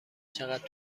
چقدر